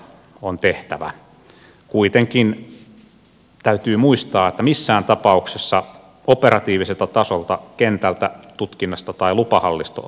kuitenkin täytyy muistaa että missään tapauksessa operatiiviselta tasolta kentältä tutkinnasta tai lupahallinnosta ei henkilöstöä saa vähentää